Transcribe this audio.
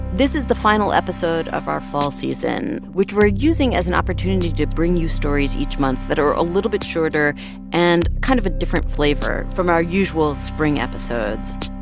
this is the final episode of our fall season, which we're using as an opportunity to bring you stories each month that are a little bit shorter and kind of a different flavor from our usual spring episodes.